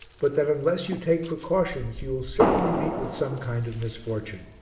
but that unless you take precautions you will certainly meet with some kind of misfortune.